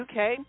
UK